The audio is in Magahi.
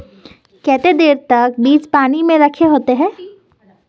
केते देर तक बीज पानी में रखे होते हैं?